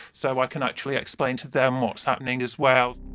so i can actually explain to them what is happening as well.